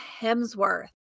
Hemsworth